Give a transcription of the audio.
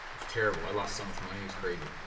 was terrible. i lost so much money it was crazy.